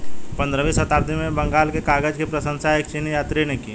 पंद्रहवीं शताब्दी में बंगाल के कागज की प्रशंसा एक चीनी यात्री ने की